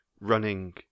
running